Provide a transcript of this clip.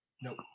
Nope